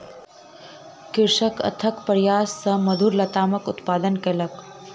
कृषक अथक प्रयास सॅ मधुर लतामक उत्पादन कयलक